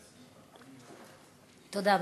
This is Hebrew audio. תודה.